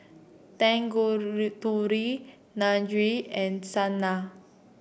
and Saina